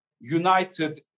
united